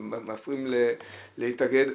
מפריעים להתאגד,